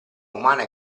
umana